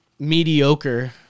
Mediocre